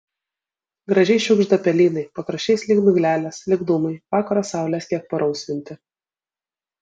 gražiai šiugžda pelynai pakraščiais lyg miglelės lyg dūmai vakaro saulės kiek parausvinti